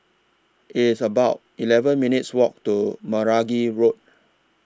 It's about eleven minutes' Walk to Meragi Road